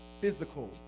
physical